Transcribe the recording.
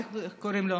איך קוראים לו?